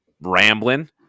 rambling